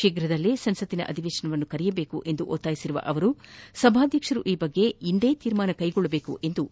ತೀಪ್ರದಲ್ಲೆ ಸಂಸತ್ತಿನ ಅಧಿವೇಶನ ಕರೆಯಬೇಕು ಎಂದು ಒತ್ತಾಯಿಸಿರುವ ಅವರು ಸಭಾಧ್ಯಕ್ಷರು ಈ ಬಗ್ಗೆ ಇಂದೇ ತೀರ್ಮಾನ ಕ್ಟೆಗೊಳ್ಳಬೇಕು ಎಂದಿದ್ದಾರೆ